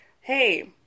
hey